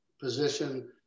position